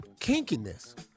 kinkiness